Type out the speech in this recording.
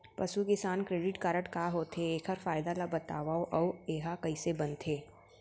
पसु किसान credit card का होथे, एखर फायदा ला बतावव अऊ एहा कइसे बनथे?